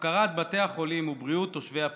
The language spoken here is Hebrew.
הפקרת בתי החולים ובריאות תושבי הפריפריה.